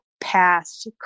past